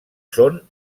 són